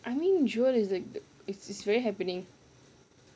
I mean jewel is the it's it's very happening